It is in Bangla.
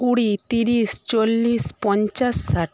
কুড়ি তিরিশ চল্লিশ পঞ্চাশ ষাট